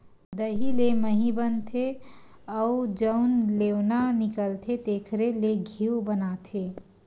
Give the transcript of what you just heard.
दही ले मही बनथे अउ जउन लेवना निकलथे तेखरे ले घींव बनाथे